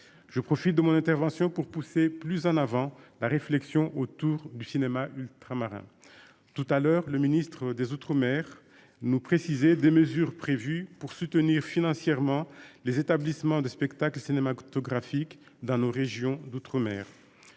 Je profite de mon intervention pour pousser plus en avant la réflexion autour du cinéma ultramarins. Tout à l'heure, le ministre des Outre-Outre-mer nous préciser des mesures prévues pour soutenir financièrement les établissements de spectacles cinéma photographique dans nos régions d'Outre-mer.